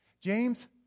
James